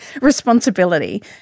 responsibility